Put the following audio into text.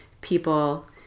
people